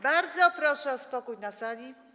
Bardzo proszę o spokój na sali.